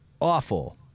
awful